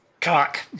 Cock